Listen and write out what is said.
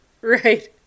right